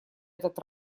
этот